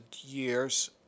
years